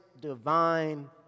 divine